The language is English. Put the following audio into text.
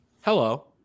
Hello